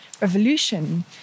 revolution